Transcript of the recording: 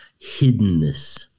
hiddenness